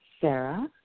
Sarah